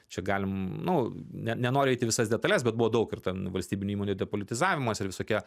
čia galim nu ne nenoriu eit į visas detales bet buvo daug ir ten valstybinių įmonių depolitizavimas ir visokie